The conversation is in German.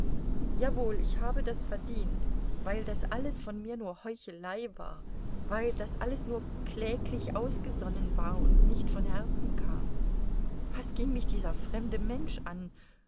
jawohl ich habe das verdient weil das alles von mir nur heuchelei war weil das alles nur kläglich ausgesonnen war und nicht von herzen kam was ging mich dieser fremde mensch an